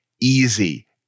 easy